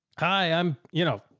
hi, i'm, you know,